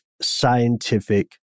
scientific